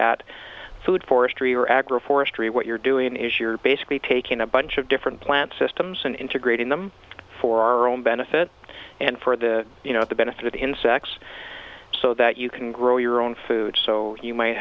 at food forestry or agroforestry what you're doing is you're basically taking a bunch of different plants systems and integrating them for our own benefit and for the you know the benefit of insects so that you can grow your own food so you m